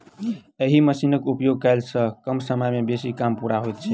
एहि मशीनक उपयोग कयला सॅ कम समय मे बेसी काम पूरा होइत छै